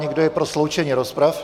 Kdo je pro sloučení rozprav?